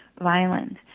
violent